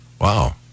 Wow